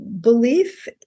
belief